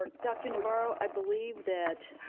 dr. navarro, i believe that,